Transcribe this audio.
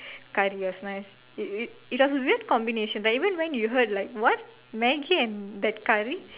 curry was nice it it it was a weird combination like even when you heard like what Maggi and that curry